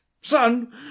Son